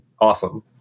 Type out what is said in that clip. awesome